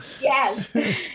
Yes